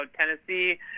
Tennessee